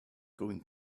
going